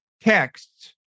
texts